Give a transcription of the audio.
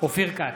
אופיר כץ,